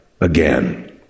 again